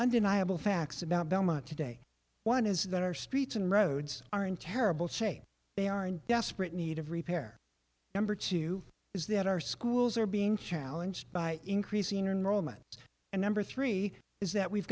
undeniable facts about belmont today one is that our streets and roads are in terrible shape they are in desperate need of repair number two is that our schools are being challenged by increasing or neuroma and number three is that we've